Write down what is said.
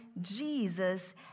Jesus